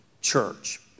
church